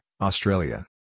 Australia